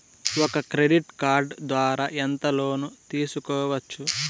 ఒక credit card ద్వారా ఎంత లోను తీసుకోవచ్చు?